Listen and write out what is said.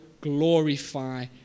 glorify